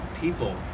people